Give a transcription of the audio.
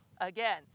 again